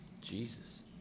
Jesus